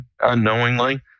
unknowingly